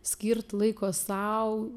skirt laiko sau